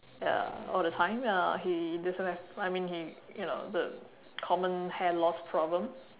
ya all the time ya he doesn't have I mean he you know the common hair loss problem